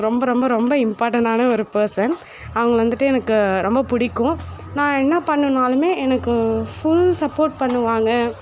ரொம்ப ரொம்ப ரொம்ப இம்பார்ட்டனான ஒரு பர்சன் அவங்களை வந்துட்டு எனக்கு ரொம்ப பிடிக்கும் நான் என்ன பண்ணினாலுமே எனக்கு ஃபுல் சப்போர்ட் பண்ணுவாங்க